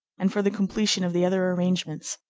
and for the completion of the other arrangements.